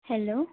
hello